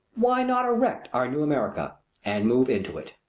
why not erect our new america and move into it?